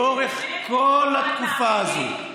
לאורך כל התקופה הזאת.